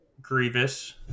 grievous